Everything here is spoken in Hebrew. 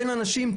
בין אנשים,